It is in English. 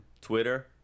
Twitter